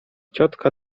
ciotka